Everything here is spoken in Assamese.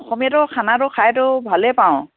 অসমীয়াতো খানাটো খাইতো ভালেই পাওঁ